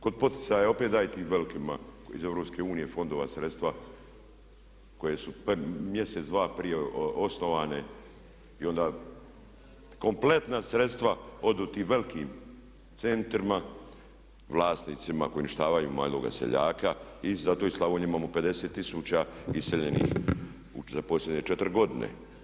Kod poticaja opet daje tim velikima iz EU fondova sredstva koje su pred mjesec, dva prije osnovane i onda kompletna sredstva odu tim veliki centrima, vlasnicima koji uništavaju maloga seljaka i zato iz Slavonije imamo 50 tisuća iseljenih u posljednje 4 godine.